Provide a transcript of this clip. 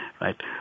right